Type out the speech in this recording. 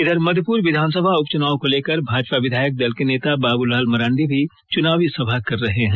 इधर मध्यपुर विधानसभा उपचुनाव को लेकर भाजपा विधायक दल के नेता बाबूलाल मरांडी भी चुनावी सभा कर रहे हैं